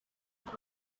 gihe